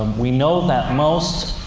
we know that most